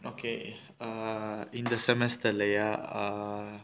okay err இந்த:intha semester leh ya err